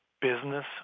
business